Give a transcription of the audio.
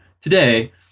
Today